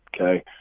Okay